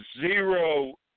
zero